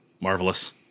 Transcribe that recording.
marvelous